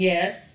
Yes